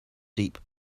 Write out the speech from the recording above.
deep